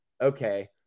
okay